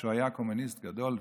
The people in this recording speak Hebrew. כשהוא היה קומוניסט גדול,